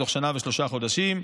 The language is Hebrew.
בתוך שנה ושלושה חודשים.